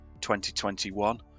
2021